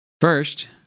First